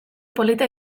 polita